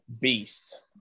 beast